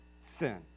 sin